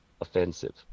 offensive